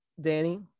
Danny